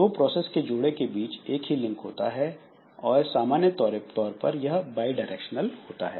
दो प्रोसेस के जोड़े के बीच एक ही लिंक होता है और सामान्य तौर पर यह बाईडायरेक्शनल होता है